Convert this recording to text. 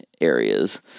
areas